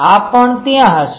આ પણ ત્યાં હશે